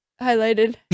highlighted